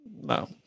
no